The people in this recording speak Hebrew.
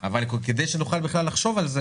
אבל כדי שנוכל בכלל לחשוב על זה,